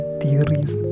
theories